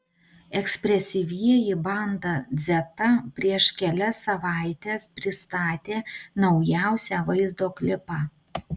ekspresyvieji banda dzeta prieš kelias savaites pristatė naujausią vaizdo klipą